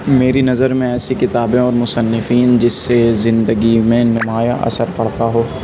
میری نظر میں ایسی کتابیں اور مصنفین جس سے زندگی میں نمایاں اثر پڑتا ہو